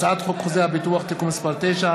הצעת חוק חוזה הביטוח (תיקון מס' 9),